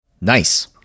Nice